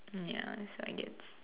ya that's why I guess